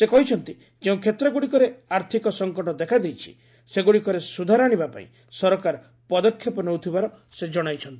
ସେ କହିଛନ୍ତି ଯେଉଁ କ୍ଷେତ୍ରଗୁଡ଼ିକରେ ଆର୍ଥିକ ସଂକଟ ଦେଖାଦେଇଛି ସେଗୁଡ଼ିକରେ ସୁଧାର ଆଣିବା ପାଇଁ ସରକାର ପଦକ୍ଷେପ ନେଉଥିବାର ସେ ଜଣାଇଛନ୍ତି